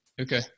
Okay